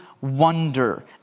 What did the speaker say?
wonder